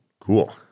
Cool